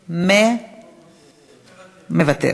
מוותר.